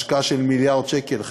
השקעה של מיליארד שקל,